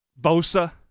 Bosa